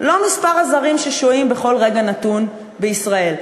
לא מספר הזרים ששוהים בכל רגע נתון בישראל.